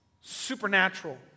supernatural